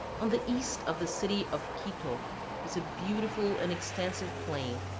on the east of the city of quito is a beautiful and extensive plain,